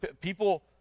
People